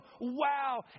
Wow